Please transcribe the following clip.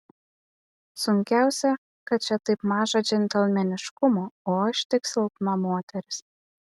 sunkiausia kad čia taip maža džentelmeniškumo o aš tik silpna moteris